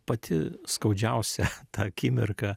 pati skaudžiausia ta akimirka